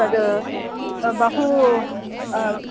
तद् बहु